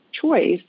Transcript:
choice